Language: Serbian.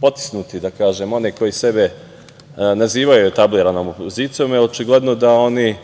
potisnuti one koji sebe nazivaju etabliranom opozicijom, jer očigledno da oni